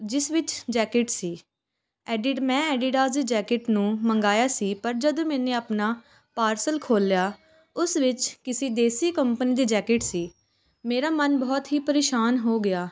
ਜਿਸ ਵਿੱਚ ਜੈਕਿਟ ਸੀ ਐਡਿਟ ਮੈਂ ਐਡੀਡਾਸ ਦੀ ਜੈਕਟ ਨੂੰ ਮੰਗਵਾਇਆ ਸੀ ਪਰ ਜਦ ਮੈਨੇ ਆਪਣਾ ਪਾਰਸਲ ਖੋਲ੍ਹਿਆ ਤਾਂ ਉਸ ਵਿੱਚ ਕਿਸੇ ਦੇਸੀ ਕੰਪਨੀ ਦੀ ਜੈਕਟ ਸੀ ਮੇਰਾ ਮਨ ਬਹੁਤ ਹੀ ਪਰੇਸ਼ਾਨ ਹੋ ਗਿਆ